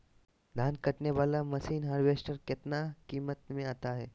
धान कटने बाला मसीन हार्बेस्टार कितना किमत में आता है?